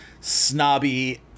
snobby